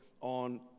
on